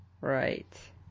Right